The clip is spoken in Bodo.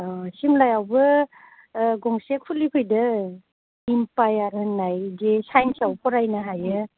अ सिमलायावबो गंसे खुलिफैदों इमपायार होन्नाय जे साइनसआव फरायनो हायो